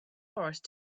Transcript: forest